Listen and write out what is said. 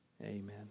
Amen